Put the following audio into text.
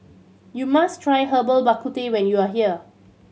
you must try Herbal Bak Ku Teh when you are here